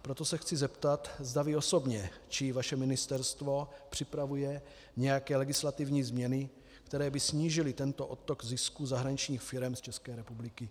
Proto se chci zeptat, zda vy osobně či vaše ministerstvo připravujete nějaké legislativní změny, které by snížily tento odtok zisků zahraničních firem z České republiky.